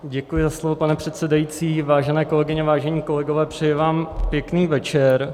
Děkuji za slovo, pane předsedající, vážené kolegyně, vážení kolegové, přeji vám pěkný večer.